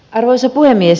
arvoisa puhemies